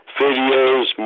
videos